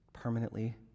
permanently